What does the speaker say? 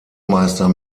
meister